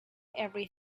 every